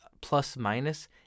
plus-minus